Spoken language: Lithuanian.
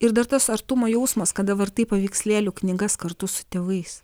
ir dar tas artumo jausmas kada vartai paveikslėlių knygas kartu su tėvais